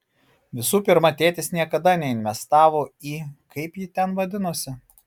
visų pirma tėtis niekada neinvestavo į kaip ji ten vadinosi